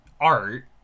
art